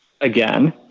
again